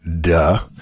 duh